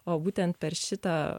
o būtent per šitą